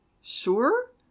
sure